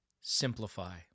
Simplify